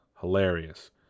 hilarious